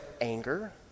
anger